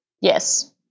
Yes